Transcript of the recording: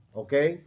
okay